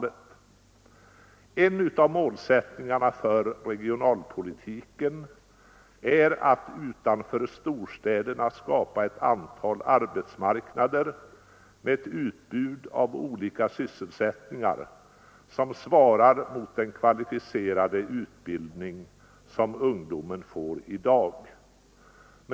En av målsättningarna för regionalpolitiken är att utanför storstäderna skapa ett antal arbetsmarknader med ett utbud av olika sysselsättningar, som svarar mot den kvalificerade utbildning som ungdomen får i dag.